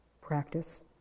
practice